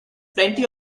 plenty